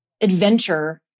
adventure